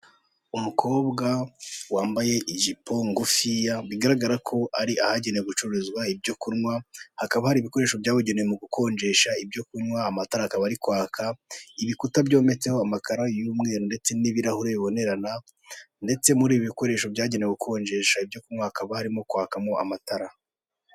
Umukobwa wamabaye ijipo ngufiya bagaragara ko ari ahagenewe ibyo kunywa, hakaba hari ibikoresho byabugenewe mu gukonjesha ibyo kunywa, amatara akaba ari kwaka ibikuta byometseho amakaro y'umweru ndetse n'ibirahure bibonerana. Ndetse muri ibi bikoresho byagenewe gukonjesha ibyo kunywa hakaba harimo kwakamo amatara.